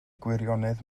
gwirionedd